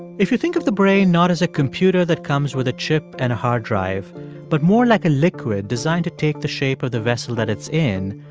if you think of the brain not as a computer that comes with a chip and a hard drive but more like a liquid designed to take the shape of the vessel that it's in,